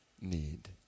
need